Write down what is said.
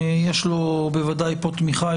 יש לו בוודאי תמיכה פה,